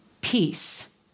peace